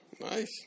nice